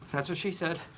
that's what she said.